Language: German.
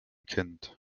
kind